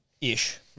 Ish